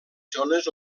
zones